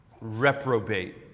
reprobate